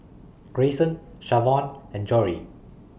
Greyson Shavon and Jory